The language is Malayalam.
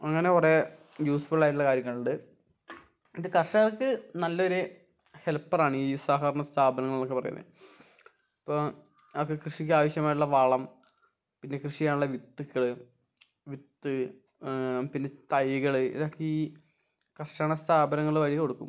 അങ്ങനെ കുറേ യൂസ്ഫുള്ളായിട്ടുള്ള കാര്യങ്ങളുണ്ട് ഇത് കർഷകർക്ക് നല്ലൊരു ഹെൽപ്പറാണ് ഈ സഹകരണ സ്ഥാപനങ്ങൾ എന്നൊക്ക പറയുന്നത് ഇപ്പോൾ ഒക്കെ കൃഷിക്കാവിശ്യമായുള്ള വളം പിന്നെ കൃഷി ചെയ്യാനുള്ള വിത്തുകൾ വിത്ത് പിന്നെ തൈകൾ ഇതൊക്കെ ഈ കർഷക സ്ഥാപനങ്ങൾ വഴി കൊടുക്കും